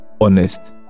honest